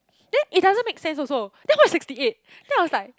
then it doesn't make sense also then watch sixty eight then I was like